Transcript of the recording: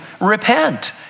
repent